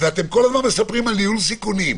ואתם כל הזמן מספרים על ניהול סיכונים,